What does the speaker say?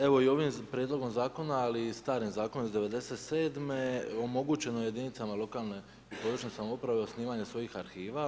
Evo i ovim Prijedlogom Zakona, ali i starim Zakonom iz 1997. omogućeno je jedinicama lokalne i područne samouprave osnivanje arhiva.